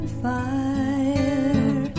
fire